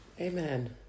Amen